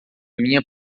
minha